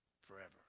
Forever